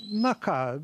na ką